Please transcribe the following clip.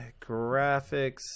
graphics